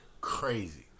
crazy